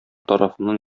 тарафыннан